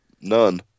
None